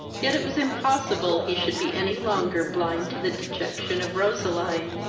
yet it was impossible he should be any longer blind to the dejection of roseline,